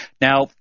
Now